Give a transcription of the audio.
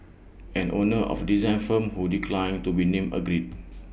an owner of design firm who declined to be named agreed